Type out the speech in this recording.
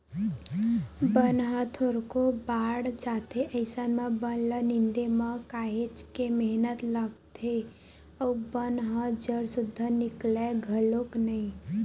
बन ह थोरको बाड़ जाथे अइसन म बन ल निंदे म काहेच के मेहनत लागथे अउ बन ह जर सुद्दा निकलय घलोक नइ